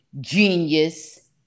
genius